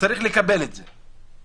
שצריך לקבל את זה.